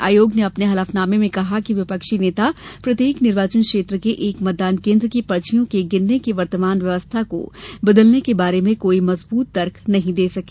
आयोग ने अपने हलफनामें में कहा है कि विपक्षी नेता प्रत्येक निर्वाचन क्षेत्र के एक मतदान केन्द्र की पर्चियों के गिनने की वर्तमान व्यवस्था को बदलने के बारे में कोई मजबूत तर्क नहीं दे सके